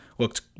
Looked